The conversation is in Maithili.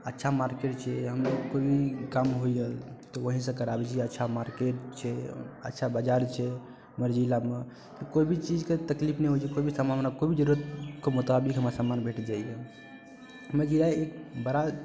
अच्छा मार्केट छै हमरो कोइ काम होइया तऽ ओएहसँ कराबैत छी अच्छा मार्केट छै अच्छा बजार छै हमर जिलामे तऽ कोइ भी चीजके तकलीफ नहि होइत छै कोइ भी समान कोइ भी जरूरत के मुताबिक हमरा समान भेट जाइया हमर जिला एक बड़ा